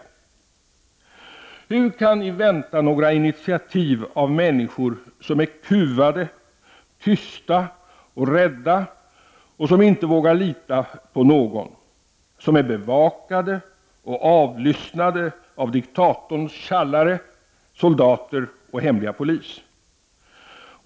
Hur kan ni vänta er några initiativ av människor som är kuvade, tysta och rädda, inte vågar lita på någon och som är bevakade och avlyssnade av diktatorns tjallare, soldater och hemliga polis?